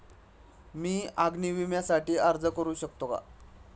मी अग्नी विम्यासाठी अर्ज करू शकते का?